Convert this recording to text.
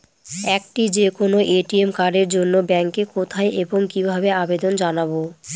একটি যে কোনো এ.টি.এম কার্ডের জন্য ব্যাংকে কোথায় এবং কিভাবে আবেদন জানাব?